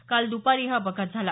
काल द्पारी हा अपघात घडला